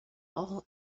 all